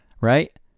Right